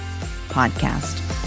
podcast